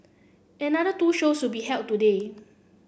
another two shows will be held today